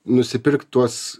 nusipirkt tuos